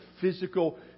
physical